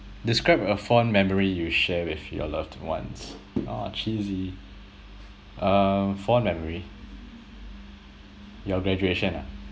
describe a fond memory you share with your loved ones !aww! cheesy um fond memory your graduation ah